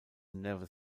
never